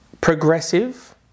progressive